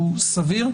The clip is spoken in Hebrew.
הוא סביר,